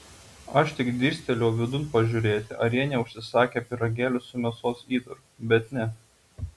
aš tik dirstelėjau vidun pažiūrėti ar jie neužsisakę pyragėlių su mėsos įdaru bet ne